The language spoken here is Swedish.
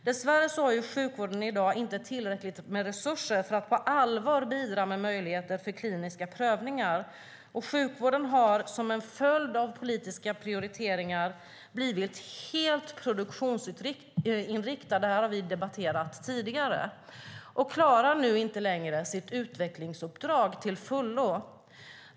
Dess värre har sjukvården i dag inte tillräckligt med resurser för att på allvar bidra med möjligheter till kliniska prövningar. Sjukvården har som en följd av politiska prioriteringar blivit helt produktionsinriktad - det har vi debatterat tidigare - och klarar nu inte längre sitt utvecklingsuppdrag till fullo.